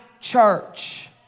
church